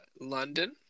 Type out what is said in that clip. London